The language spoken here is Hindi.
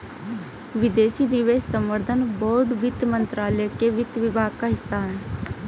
विदेशी निवेश संवर्धन बोर्ड वित्त मंत्रालय के वित्त विभाग का हिस्सा है